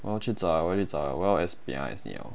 我要去找 liao 我要去找 liao 我要 你 liao